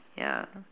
ya